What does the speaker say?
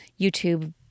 YouTube